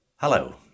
Hello